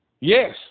Yes